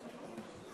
להצבעה.